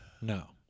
No